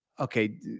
Okay